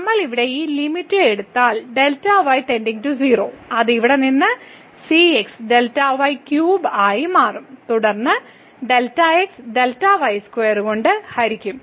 നമ്മൾ ഇവിടെ ഈ ലിമിറ്റ് എടുത്താൽ ഇവിടെ Δy → 0 അത് ഇവിടെ നിന്ന് cx Δy ക്യൂബ് ആയി മാറും തുടർന്ന് Δx കൊണ്ട് ഹരിക്കും